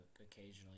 occasionally